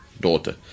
daughter